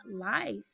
life